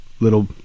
little